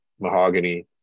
mahogany